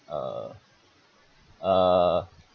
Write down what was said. uh uh